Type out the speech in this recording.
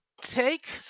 take